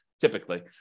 typically